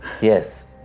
Yes